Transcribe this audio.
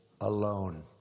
alone